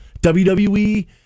WWE